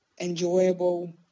enjoyable